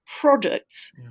products